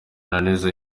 amananiza